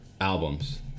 albums